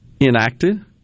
enacted